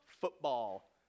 Football